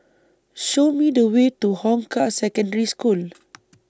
Show Me The Way to Hong Kah Secondary School